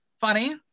Funny